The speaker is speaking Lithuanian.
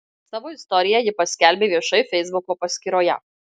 savo istoriją ji paskelbė viešai feisbuko paskyroje